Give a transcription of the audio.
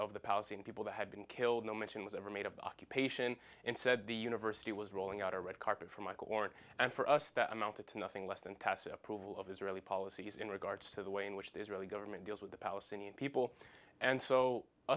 of the policy and people to have been killed no mention was ever made of occupation and said the university was rolling out a red carpet for michael oren and for us that amounted to nothing less than tacit approval of israeli policies in regards to the way in which the israeli government deals with the palestinian people and so